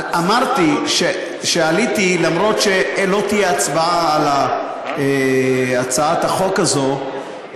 אמרתי שעליתי אף שלא תהיה הצבעה על הצעת החוק הזו,